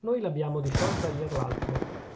noi l'abbiamo disciolta ier l'altro